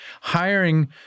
hiring